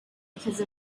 because